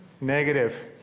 negative